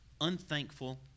unthankful